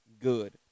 good